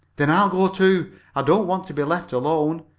then i'll go, too i don't want to be left alone,